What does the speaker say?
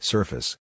Surface